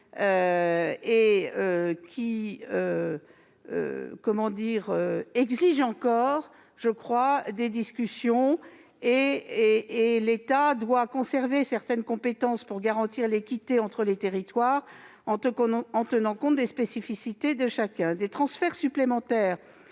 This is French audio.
qu'il nécessite encore des discussions. À mon sens, l'État doit conserver certaines compétences pour garantir l'équité entre les territoires, en tenant compte des spécificités de chacun. Des transferts supplémentaires